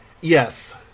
Yes